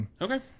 Okay